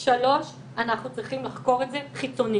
שלוש, אנחנו צריכים לחקור את זה חיצונית.